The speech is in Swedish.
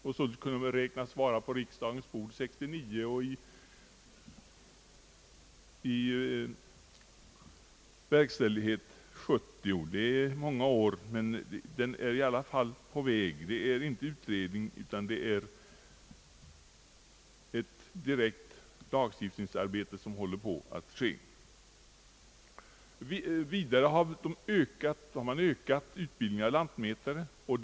Man kan då räkna med att förslaget kommer på riksdagens bord under år 1969 och att lagen träder i kraft under år 1970. Det är några år till dess, men lagen är i alla fall på väg. Det är alltså inte fråga om en utredning utan fråga om ett direkt lagstiftningsarbete som håller på att ske. Vidare har antalet studerande till lantmätare ökat.